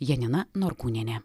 janina norkūnienė